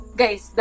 guys